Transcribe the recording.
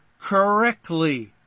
correctly